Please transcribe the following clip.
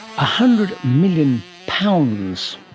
ah hundred million pounds,